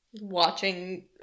Watching